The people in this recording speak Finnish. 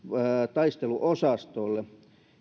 taisteluosastoille